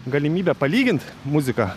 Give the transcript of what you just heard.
galimybė palygint muziką